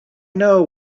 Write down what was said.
know